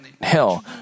hell